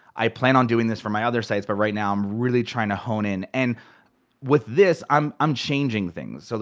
i plan on doing this for my other sites, but right now i'm really trying to hone in. and with this, i'm i'm changing things. so